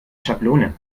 schablone